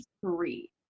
three